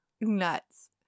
nuts